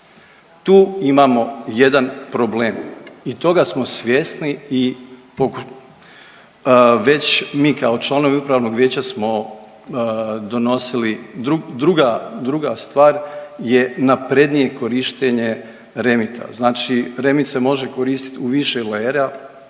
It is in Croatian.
Tu imamo jedan problem i toga smo svjesni i, već mi kao članovi upravnog vijeća smo donosili, druga, druga stvar je naprednije korištenje REMITA, znači REMIT se može koristit u više lera,